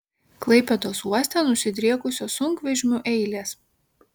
klaipėdos uoste nusidriekusios sunkvežimių eilės